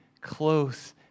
close